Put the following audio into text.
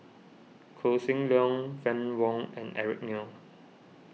Koh Seng Leong Fann Wong and Eric Neo